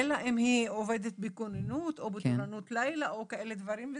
אלא אם היא עובדת בכוננות או בתורנות לילה או כאלה דברים.